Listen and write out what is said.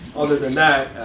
other than that,